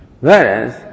Whereas